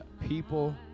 people